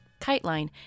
KiteLine